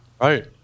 Right